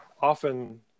often